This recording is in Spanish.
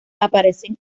aparecen